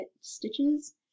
Stitches